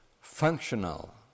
functional